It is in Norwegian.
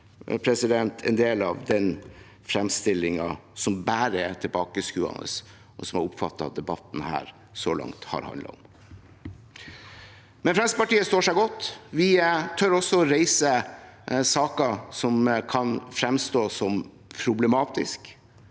en del av den fremstillingen som bare er tilbakeskuende, og som jeg oppfatter at debatten her så langt har handlet om. Men Fremskrittspartiet står seg godt. Vi tør å reise saker som kan fremstå som problematiske.